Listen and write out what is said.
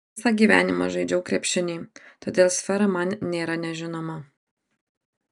visą gyvenimą žaidžiau krepšinį todėl sfera man nėra nežinoma